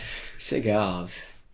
cigars